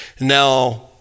Now